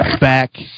back